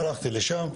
הלכתי לשם,